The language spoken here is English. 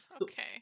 Okay